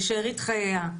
לשארית חייה,